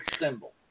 symbol